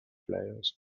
flyers